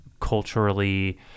culturally